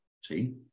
see